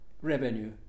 revenue